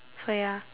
so ya